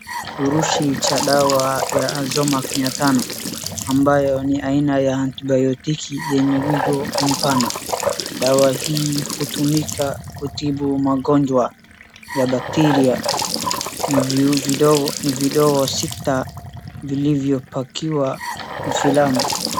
Kifurushi cha dawa cha Azomax mia tano ambayo ni aina ya antibayotiki yenye mwigo mpana. Dawa hii hutumika kutibu magonjwa ya bacteria ni vidonge sita vilivyopakiwa vifilamu.